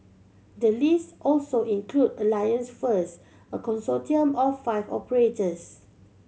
the list also include Alliance First a consortium of five operators